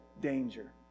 danger